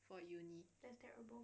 for uni